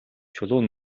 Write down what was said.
чулуун